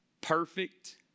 perfect